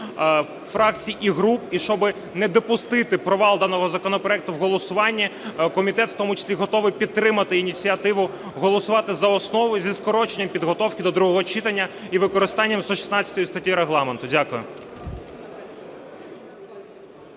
фракцій і груп і щоб не допустити провалу даного законопроекту в голосуванні, комітет в тому числі готовий підтримати ініціативу голосувати за основу зі скороченням підготовки до другого читання і використанням 116 статті Регламенту. Дякую.